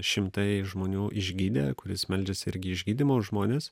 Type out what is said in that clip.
šimtai žmonių išgydė kuris meldžiasi irgi išgydymo žmones